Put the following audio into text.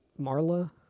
Marla